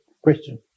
question